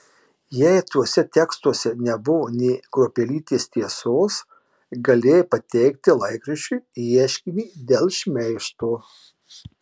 jei tuose tekstuose nebuvo nė kruopelytės tiesos galėjai pateikti laikraščiui ieškinį dėl šmeižto